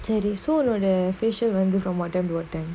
thirty so long the facial from what time to what time